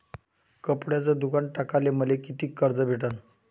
कपड्याचं दुकान टाकासाठी मले कितीक कर्ज भेटन?